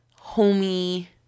homey